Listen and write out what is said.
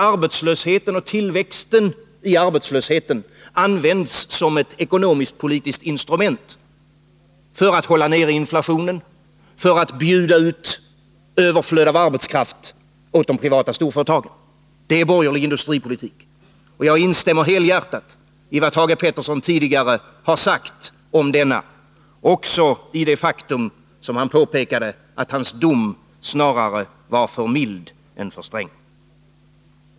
Arbetslösheten och tillväxten i arbetslösheten används som ett ekonomiskt-politiskt instrument för att hålla nere inflationen och för att bjuda ut överflöd av arbetskraft åt de privata storföretagen. Det är borgerlig industripolitik. Jag instämmer helhjärtat i vad Thage Peterson tidigare har sagt om denna, och även i hans påpekande att hans dom snarare var för mild än för sträng.